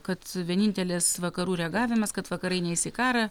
kad vienintelis vakarų reagavimas kad vakarai neis į karą